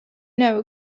know